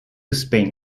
spain